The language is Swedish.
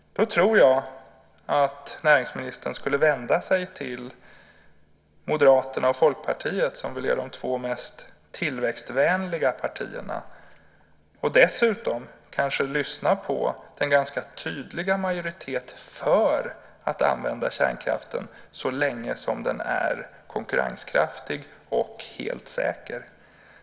Då tror jag att näringsministern ska vända sig till Moderaterna och Folkpartiet, som väl är de två mest tillväxtvänliga partierna. Dessutom borde han kanske lyssna på den ganska tydliga majoritet som är för att man ska använda kärnkraften så länge som den är konkurrenskraftig och helt säker.